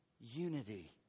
unity